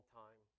time